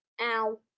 ow